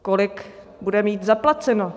Kolik bude mít zaplaceno?